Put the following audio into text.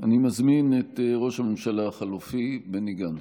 אני מזמין את ראש הממשלה החלופי בני גנץ.